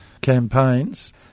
campaigns